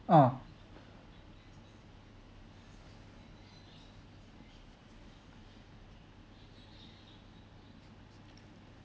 ah